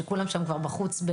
כולם שם כבר בחוץ.